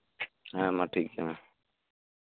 ᱦᱮᱸ ᱢᱟ ᱴᱷᱤᱠ ᱜᱮᱭᱟ ᱢᱟ